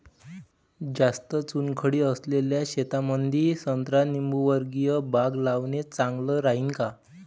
जास्त चुनखडी असलेल्या शेतामंदी संत्रा लिंबूवर्गीय बाग लावणे चांगलं राहिन का?